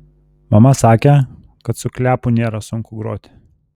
mama sakė kad su kliapu nėra sunku groti